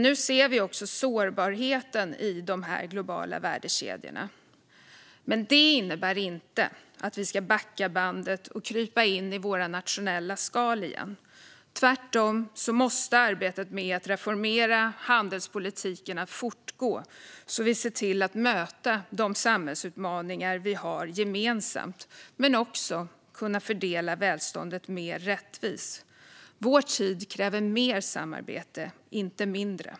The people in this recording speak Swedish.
Nu ser vi också sårbarheten i de globala värdekedjorna. Men det innebär inte att vi ska backa bandet och krypa in i våra nationella skal igen. Tvärtom måste arbetet med att reformera handelspolitiken fortgå så att vi ser till att möta de samhällsutmaningar vi har gemensamt och kunna fördela välståndet mer rättvist. Vår tid kräver mer samarbete, inte mindre.